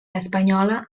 espanyola